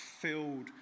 filled